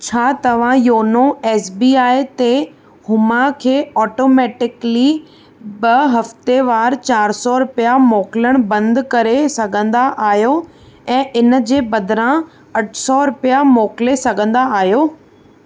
छा तव्हां YONO SBI ते हुमा खे ऑटोमैटिकली ब॒ हफ़्तेवारु चारि सौ रुपिया मोकिलणु बंदि करे सघंदा आहियो ऐं इन जे बदिरां अठ सौ रुपिया मोकिले सघंदा आहियो